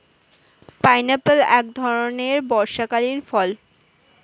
pineapple এক ধরণের বর্ষাকালীন ফল